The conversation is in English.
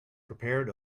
prepared